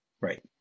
Right